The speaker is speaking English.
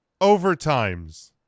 overtimes